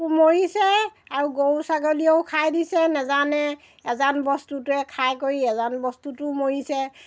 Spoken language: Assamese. মৰিছে আৰু গৰু ছাগলীয়েও খাই দিছে নেজানে অজান বস্তুটোৱে খাই কৰি অজান বস্তুটোও মৰিছে